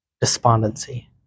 despondency